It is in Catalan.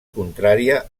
contrària